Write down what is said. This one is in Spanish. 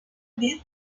dead